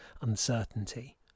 uncertainty